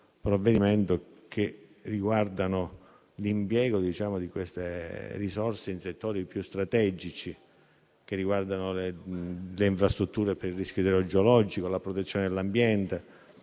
provvedimento e riguardano l'impiego delle risorse in settori più strategici, come le infrastrutture per il rischio idrogeologico, la protezione dell'ambiente,